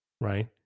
Right